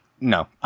no